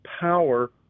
power